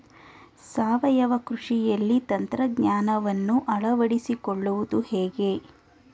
ಸಾವಯವ ಕೃಷಿಯಲ್ಲಿ ತಂತ್ರಜ್ಞಾನವನ್ನು ಅಳವಡಿಸಿಕೊಳ್ಳುವುದು ಹೇಗೆ?